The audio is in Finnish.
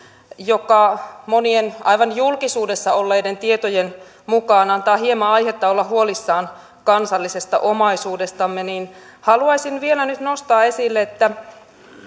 joka monien aivan julkisuudessa olleiden tietojen mukaan antaa hieman aihetta olla huolissaan kansallisesta omaisuudestamme haluaisin vielä nyt nostaa esille